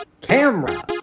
Camera